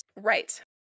right